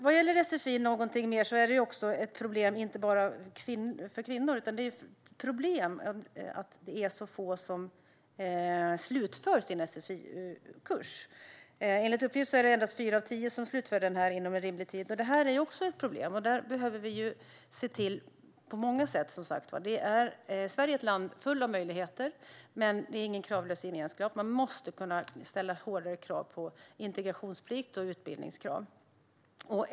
Vad gäller sfi är det inte bara ett problem när det gäller kvinnor, utan det är också ett problem att det är så få som slutför sin sfi-kurs. Enligt uppgift är det endast fyra av tio som slutför den inom en rimlig tid. Det här är ett problem, och vi behöver se till att lösa det. Sverige är ett land fullt av möjligheter, men det är ingen kravlös gemenskap. Man måste kunna ställa hårdare krav på integrationsplikt och hårdare utbildningskrav.